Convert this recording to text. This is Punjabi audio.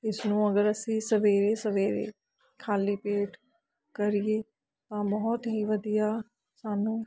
ਇਸਨੂੰ ਅਗਰ ਅਸੀਂ ਸਵੇਰੇ ਸਵੇਰੇ ਖਾਲੀ ਪੇਟ ਕਰੀਏ ਤਾਂ ਬਹੁਤ ਹੀ ਵਧੀਆ ਸਾਨੂੰ